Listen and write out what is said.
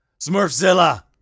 Smurfzilla